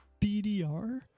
DDR